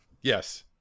Yes